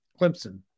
Clemson